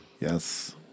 Yes